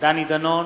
דני דנון,